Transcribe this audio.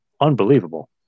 Unbelievable